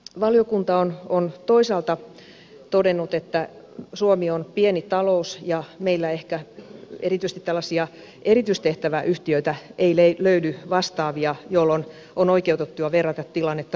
valiokunta on toisaalta todennut että suomi on pieni talous ja meillä ehkä erityisesti tällaisia erityistehtäväyhtiöitä ei löydy vastaavia jolloin on oikeutettua verrata tilannetta ruotsiin